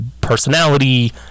Personality